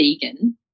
vegan